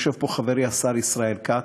הנה, יושב פה חברי השר ישראל כץ,